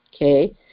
okay